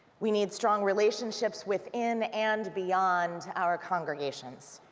we need strong relationships within and beyond our congregations.